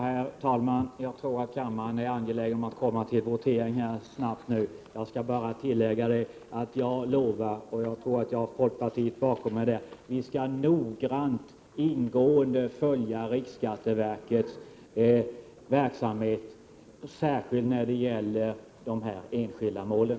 Herr talman! Jag tror att kammarens ledamöter är angelägna om att det snabbt blir votering. Jag vill dock bara säga att jag lovar — jag tror att jag har stöd från hela folkpartiet — att vi noggrant skall följa riksskatteverkets verksamhet, särskilt när det gäller de enskilda målen.